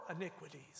iniquities